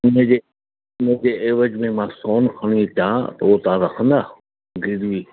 उनजे उनजे एवज़ में मां सोन खणी अचां त उहो तव्हां रखंदा गिरिवी